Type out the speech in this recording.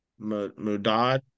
Mudad